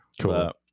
Cool